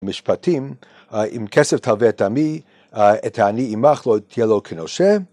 משפטים עם כסף תלווה את עמי, את העני עמך לא תהיה לו כנושה